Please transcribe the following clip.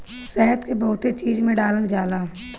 शहद के बहुते चीज में डालल जाला